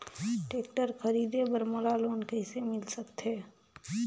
Tractor खरीदे बर मोला लोन कइसे मिल सकथे?